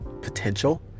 potential